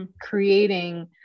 creating